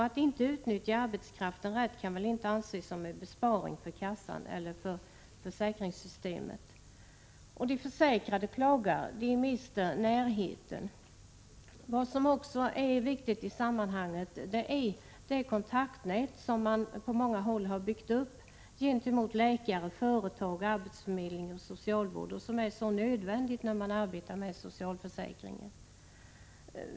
Att inte utnyttja arbetskraften rätt kan väl inte anses som en besparing för kassan eller för försäkringssystemet.” De försäkrade klagar, eftersom de mister närheten. Viktigt i sammanhanget är också det kontaktnät som man på många håll har byggt upp när det gäller läkare, företag, arbetsförmedling och socialvård, vilket är nödvändigt vid arbete inom socialförsäkringen.